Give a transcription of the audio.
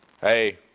Hey